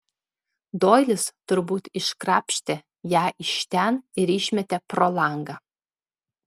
doilis turbūt iškrapštė ją iš ten ir išmetė pro langą